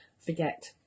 forget